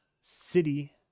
City